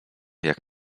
jak